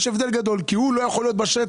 יש הבדל גדול, כי הוא לא יכול להיות בשטח.